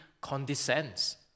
condescends